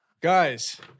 Guys